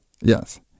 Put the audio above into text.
Yes